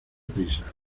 prisa